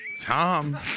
Tom